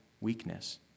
weakness